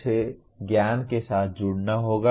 उसे ज्ञान के साथ जुड़ना होगा